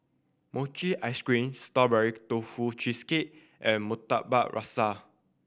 mochi ice cream Strawberry Tofu Cheesecake and Murtabak Rusa